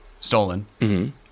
stolen